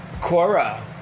Cora